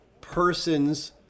person's